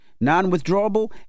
Non-withdrawable